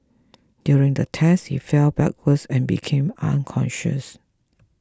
during the test he fell backwards and became unconscious